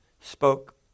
spoke